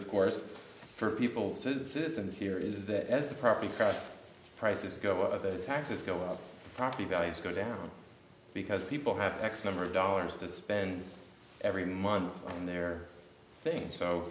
of course for people citizens here is that as the property cost prices go up the taxes go up property values go down because people have x number of dollars to spend every month on their things so